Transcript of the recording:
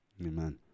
Amen